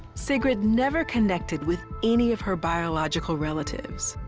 sigrid never connected with any of her biological relatives.